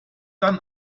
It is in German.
dann